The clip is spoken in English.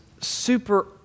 super